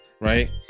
right